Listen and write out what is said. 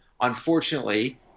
unfortunately